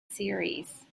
series